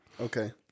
Okay